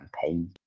campaign